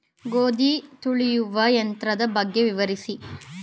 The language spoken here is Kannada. ಗೋಧಿ ತುಳಿಯುವ ಯಂತ್ರದ ಬಗ್ಗೆ ವಿವರಿಸಿ?